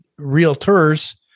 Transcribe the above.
realtors